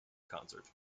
concert